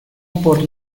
por